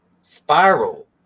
spiral